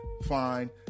fine